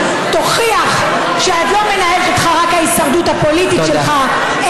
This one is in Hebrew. תוכיח שלא מנהלת אותך רק ההישרדות הפוליטית שלך,